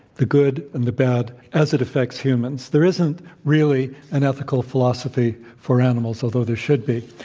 the good and the bad, as it affects humans. there isn't really an ethical philosophy for animals, although there should be.